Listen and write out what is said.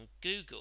Google